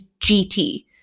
gt